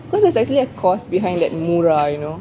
cause there's actually a cause behind that murah you know